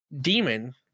demon